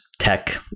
tech